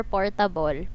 Portable